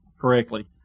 correctly